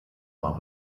war